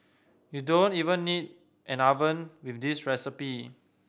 you don't even need an oven with this recipe